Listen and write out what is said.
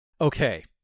Okay